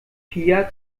pia